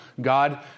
God